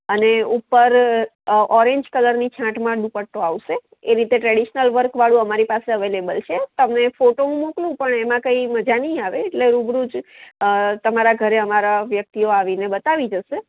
અને ઉપર ઓરેંજ કલરની છાંટમાં દુપટ્ટો આવશે એ રીતે ટ્રેડિશનલ વર્ક વાળું અમારી પાસે અવેલેબલ છે તમને ફોટો હું મોકલું પણ એમાં કંઈ મજા નહીં આવે એટલે રૂબરૂ જ તમારા ઘરે મારા વ્યક્તિઓ આવીને બતાવી જશે